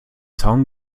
zaun